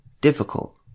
difficult